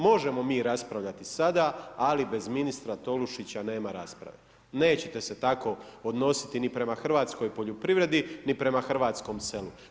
Možemo mi raspravljati sada, ali bez ministra Tolušića nema rasprave, neće se tako odnositi ni prema hrvatskoj poljoprivredi ni prema hrvatskom selu.